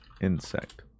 insect